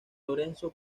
lorenzo